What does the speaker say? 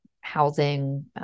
housing